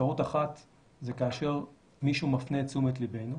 אפשרות אחת זה כאשר מישהו מפנה את תשומת ליבנו,